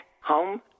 Home